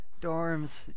Dorms